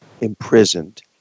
imprisoned